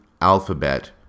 Alphabet